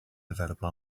available